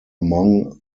among